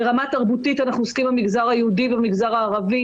ברמה תרבותית אנחנו עוסקים במגזר היהודי ובמגזר הערבי.